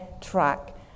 track